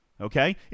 Okay